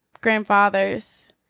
grandfathers